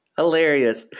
Hilarious